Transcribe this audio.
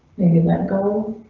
maybe let go.